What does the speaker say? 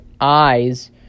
eyes